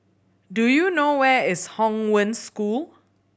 do you know where is Hong Wen School